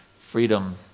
freedom